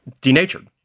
denatured